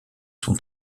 son